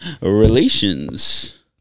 Relations